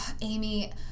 Amy